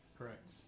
Correct